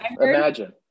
Imagine